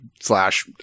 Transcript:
slash